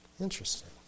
Interesting